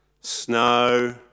snow